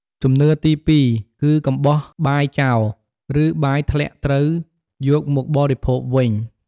ជំនឿទីពីរ គឺកុំបោះបាយចោល ឬបាយធ្លាក់ត្រូវយកមកបរិភោគវិញ។